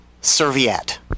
serviette